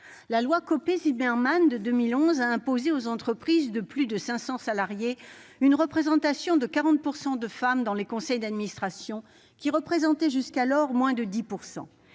La loi Copé-Zimmermann de 2011 a imposé aux entreprises de plus de 500 salariés une représentation de 40 % de femmes dans les conseils d'administration, alors qu'elles comptaient jusqu'alors pour moins de 10 %.